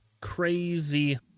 crazy